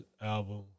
album